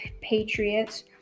Patriots